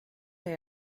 der